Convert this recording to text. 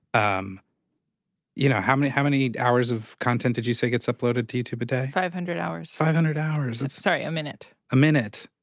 um you know, how many how many hours of content did you say gets uploaded to youtube a day? five hundred hours. five hundred hours. sorry, a minute. a minute?